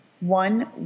one